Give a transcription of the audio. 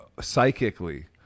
psychically